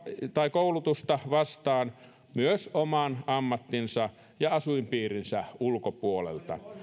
tai koulutusta vastaan myös oman ammattinsa ja asuinpiirinsä ulkopuolelta